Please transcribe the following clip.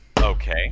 Okay